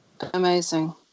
Amazing